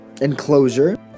enclosure